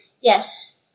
Yes